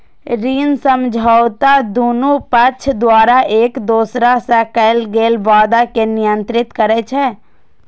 ऋण समझौता दुनू पक्ष द्वारा एक दोसरा सं कैल गेल वादा कें नियंत्रित करै छै